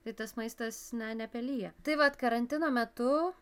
tai tas maistas ne nepelija tai vat karantino metu